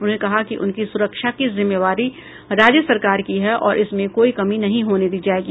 उन्होंने कहा कि उनकी सुरक्षा की जिम्मेवारी राज्य सरकार की है और इसमें कोई कमी नहीं होने दी जायेगी